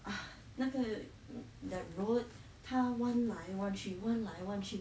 ah 那个 that road 它弯来弯去弯来弯去